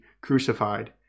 crucified